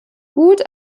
gut